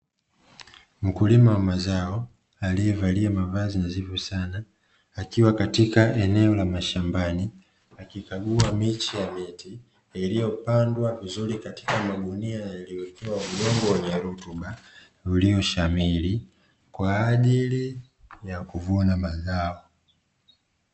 Mkulima wa mazao aliyevalia mavazi nadhifu sana akiwa katika eneo la mashamba akikagua miche ya miti, iliyopandwa vizuri katika magunia yaliyowekewa udongo wenye rutuba ulioshamiri kwa ajili ya kuvuna mazao.